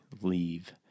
leave